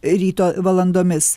ryto valandomis